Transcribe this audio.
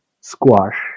squash